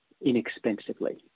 inexpensively